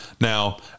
Now